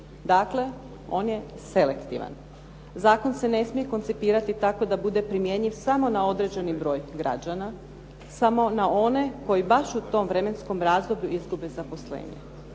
dakle on je selektivan. Zakon se ne smije koncipirati tako da bude primjenjiv samo na određeni broj građana, samo na one koji baš u tom vremenskom razdoblju izgube zaposlenje.